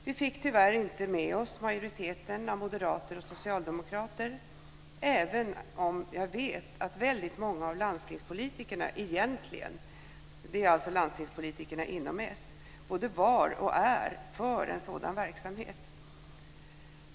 Vi fick tyvärr inte med oss majoriteten av moderater och socialdemokrater, även om jag vet att väldigt många av landstingspolitikerna egentligen - det gäller alltså landstingspolitikerna inom s - både var och är för en sådan verksamhet.